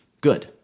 good